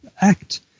Act